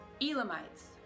Elamites